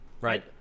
Right